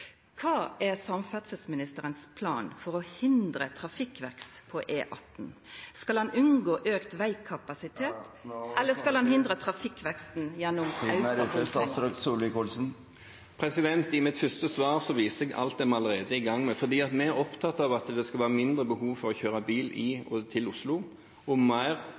plan har samferdselsministeren for å hindra trafikkvekst på E18? Skal han unngå auka vegkapasitet, eller skal han hindra trafikkveksten gjennom auka bompengar? I mitt første svar viste jeg alt det vi allerede er i gang med, for vi er opptatt av at det skal være mindre behov for å kjøre bil i og til Oslo, og mer